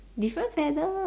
different feather